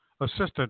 assistant